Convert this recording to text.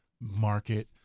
market